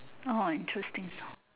orh I choose this hor